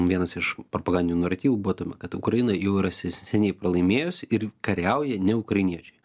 vienas iš propagandinių naratyvų buvo tame kad ukraina jau yra se seniai pralaimėjusi ir kariauja ne ukrainiečiai